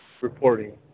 reporting